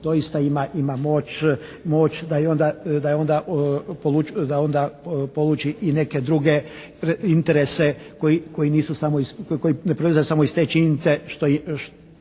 doista ima moć da je onda, da onda pouči i neke druge interese koji ne proizlaze samo iz te činjenice